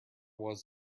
was